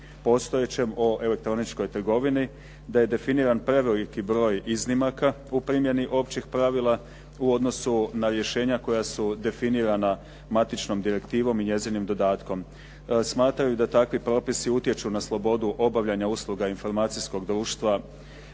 postojećem o elektroničkoj trgovini da je definiran preveliki broj iznimaka u primjeni općih pravila u odnosu na rješenja koja su definirana matičnom direktivom i njezinim dodatkom. Smatraju da takvi propisi utječu na slobodu obavljanja usluga informacijskog društva